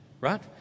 right